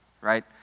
right